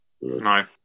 No